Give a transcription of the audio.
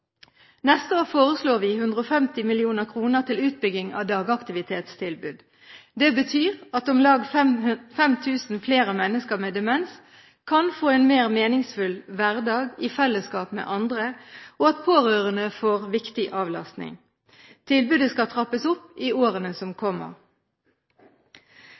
Neste år foreslår vi 150 mill. kr til utbygging av dagaktivitetstilbud. Det betyr at om lag 5 000 flere mennesker med demens kan få en mer meningsfull hverdag i fellesskap med andre, og at pårørende får viktig avlastning. Tilbudet skal trappes opp i årene som